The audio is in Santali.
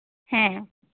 ᱦᱮᱸ